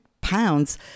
pounds